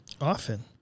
Often